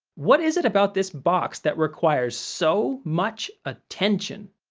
what is it about this box that requires so much attention?